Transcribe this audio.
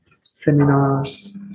seminars